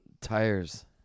tires